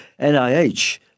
NIH